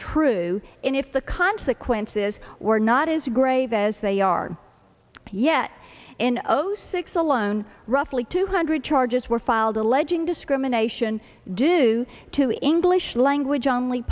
true and if the consequences were not as grave as they are yet in zero six alone roughly two hundred charges were filed alleging discrimination due to english language only